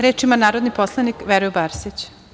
Reč ima narodni poslanik Veroljub Arsić.